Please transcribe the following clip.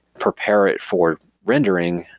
prepare it for rendering.